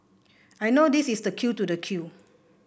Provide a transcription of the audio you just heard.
I know this is the queue to the queue